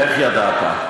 איך ידעת?